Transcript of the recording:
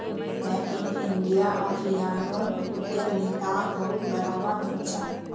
make in India अभियानोत उद्यमिताक बहुत बढ़ावा मिल छ